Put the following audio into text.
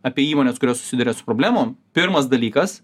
apie įmones kurios susiduria su problemom pirmas dalykas